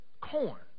Corn